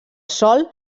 sòl